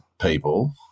people